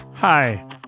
Hi